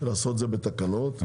לעשות את זה בתקנות.